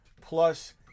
plus